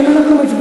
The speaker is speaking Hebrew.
האם אנחנו מצביעים?